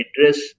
address